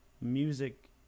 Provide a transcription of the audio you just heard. music